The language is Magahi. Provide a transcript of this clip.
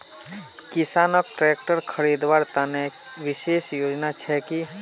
किसानोक ट्रेक्टर खरीदवार तने विशेष योजना छे कि?